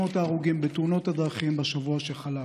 שמות ההרוגים בתאונות הדרכים בשבוע שחלף.